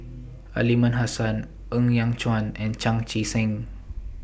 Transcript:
Aliman Hassan Ng Yat Chuan and Chan Chee Seng